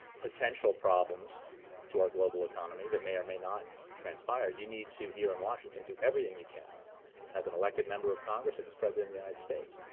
potential problems to our global economy that may or may not transpire, you need to, here in washington, do everything you can as an elected member of congress and as president of the united states